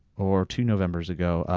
or two novembers ago,